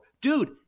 Dude